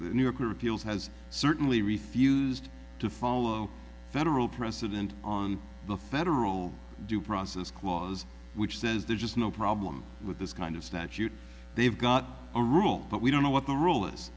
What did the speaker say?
new yorker appeals has certainly refused to follow federal precedent on the federal due process clause which says there's just no i'm with this kind of statute they've got a rule but we don't know what the rule